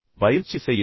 பயிற்சி செய்யுங்கள்